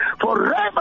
Forever